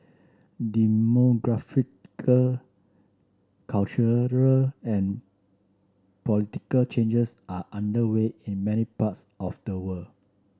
demographic cultural and political changes are underway in many parts of the world